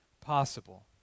possible